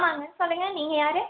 ஆமாங்க சொல்லுங்கள் நீங்கள் யாரு